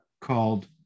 called